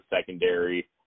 secondary